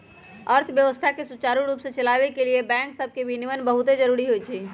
अर्थव्यवस्था के सुचारू रूप से चलाबे के लिए बैंक सभके विनियमन बहुते जरूरी होइ छइ